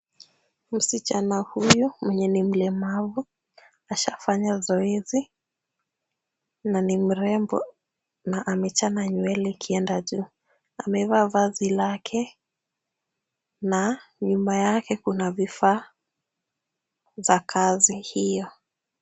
Msichana huyu mwenye ni mlemavu ashafanya zoezi na ni mrembo na amechana nywele ikienda juu. Amevaa vazi lake na nyuma yake kuna vifaa za kazi hiyo.